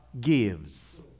gives